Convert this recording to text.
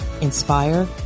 inspire